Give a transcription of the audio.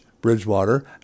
Bridgewater